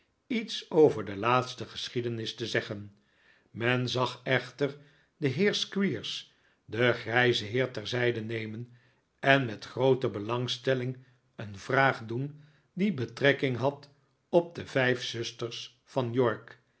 iets over de laatste geschiedenis te zeggen men zag echter den heer squeers den grijzen heer terzijde nemen en met groote belangstelling een vraag doen die betrekking had op de vijf zusters van york